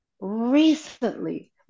recently